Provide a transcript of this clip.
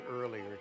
earlier